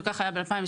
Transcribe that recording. וכך היה ב-2017,